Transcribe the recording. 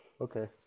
Okay